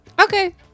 Okay